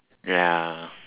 ya